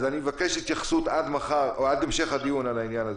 אני מבקש התייחסות עד מחר או עד המשך הדיון על העניין הזה.